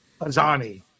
Azani